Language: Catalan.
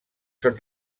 són